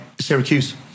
Syracuse